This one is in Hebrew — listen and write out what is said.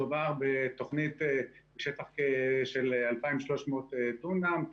מדובר בתוכנית לשטח של כ-2,300 דונם,